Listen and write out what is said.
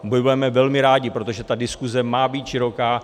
A budeme velmi rádi, protože ta diskuse má být široká.